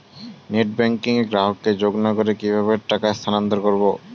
Net banking এ গ্রাহককে যোগ না করে কিভাবে টাকা স্থানান্তর করব?